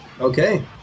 Okay